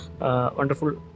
wonderful